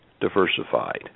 diversified